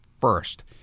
first